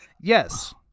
Yes